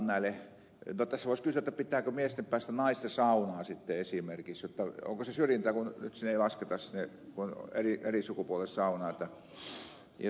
tässä voisi kysyä pitääkö miesten päästä naisten saunaan sitten esimerkiksi jotta onko se syrjintää kun nyt sinne ei lasketa kun on eri sukupuolille saunat